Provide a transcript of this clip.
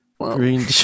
green